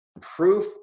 proof